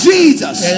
Jesus